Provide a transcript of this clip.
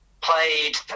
played